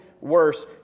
worse